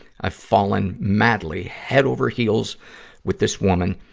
i've fallen madly, head-over-heels with this woman,